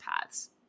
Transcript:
paths